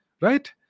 Right